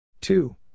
Two